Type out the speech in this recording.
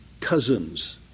cousins